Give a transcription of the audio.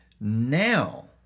now